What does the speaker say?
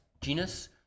genus